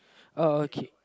oh okay